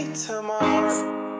Tomorrow